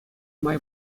май